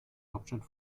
hauptstadt